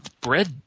bread